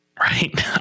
Right